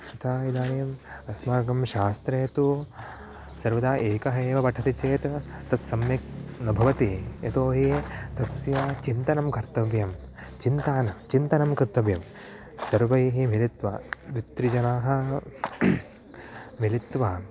यथा इदानीम् अस्माकं शास्त्रे तु सर्वदा एकः एव पठति चेत् तत् सम्यक् न भवति यतोऽहि तस्य चिन्तनं कर्तव्यं चिन्ता न चिन्तनं कर्तव्यं सर्वैः मिलित्वा द्वित्रिजनाः मिलित्वा